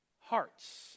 hearts